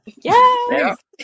Yes